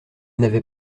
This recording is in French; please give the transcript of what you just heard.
n’avait